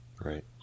Right